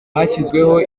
hashyizweho